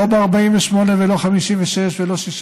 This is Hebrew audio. לא ב-48' ולא ב-56', לא ב-67'